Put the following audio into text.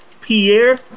Pierre